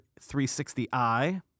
360i